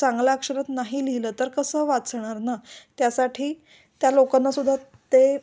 चांगल्या अक्षरत नाही लिहिलं तर कसं वाचणार ना त्यासाठी त्या लोकांनासुद्धा ते